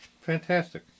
Fantastic